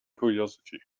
curiosity